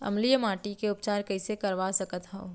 अम्लीय माटी के उपचार कइसे करवा सकत हव?